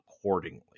accordingly